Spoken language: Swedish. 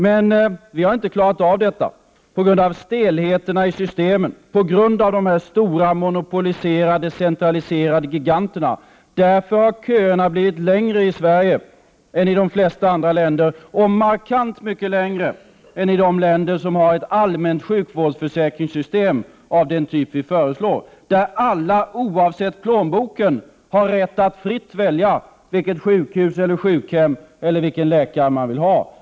Men vi har inte klarat av detta på grund av stelheterna i systemen, på grund av de stora monopoliserade, centraliserade giganterna. Därför har köerna blivit längre i Sverige än i de flesta andra länder och markant mycket längre än i de länder som har ett allmänt sjukvårdsförsäkringssystem av den typ vi föreslår, där alla, oavsett plånbok, har rätt att fritt välja vilket sjukhus eller sjukhem eller vilken läkare man vill ha.